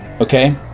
okay